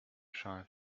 shy